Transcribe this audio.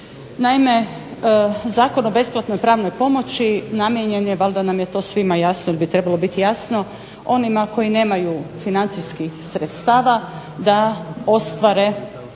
Naime, Zakon o besplatnoj pravnoj pomoći namijenjen je, valjda nam je to svima jasno ili bi trebalo biti jasno, onima koji nemaju financijskih sredstava da ostvare